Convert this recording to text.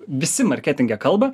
visi marketinge kalba